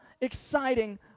exciting